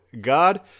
God